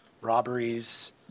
robberies